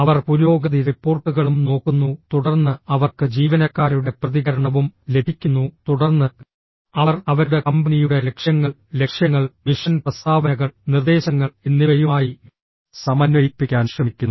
അവർ പുരോഗതി റിപ്പോർട്ടുകളും നോക്കുന്നു തുടർന്ന് അവർക്ക് ജീവനക്കാരുടെ പ്രതികരണവും ലഭിക്കുന്നു തുടർന്ന് അവർ അവരുടെ കമ്പനിയുടെ ലക്ഷ്യങ്ങൾ ലക്ഷ്യങ്ങൾ മിഷൻ പ്രസ്താവനകൾ നിർദ്ദേശങ്ങൾ എന്നിവയുമായി സമന്വയിപ്പിക്കാൻ ശ്രമിക്കുന്നു